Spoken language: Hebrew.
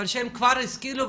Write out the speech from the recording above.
אבל שהם כבר השכילו,